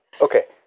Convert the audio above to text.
Okay